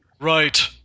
Right